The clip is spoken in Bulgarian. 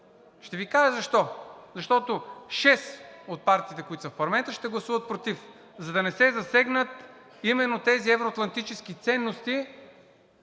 Ще Ви кажа защо. Защото шест от партиите, които са в парламента, ще гласуват против, за да не се засегнат именно тези евро-атлантически ценности,